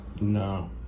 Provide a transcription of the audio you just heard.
no